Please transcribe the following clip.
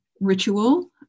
ritual